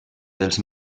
dels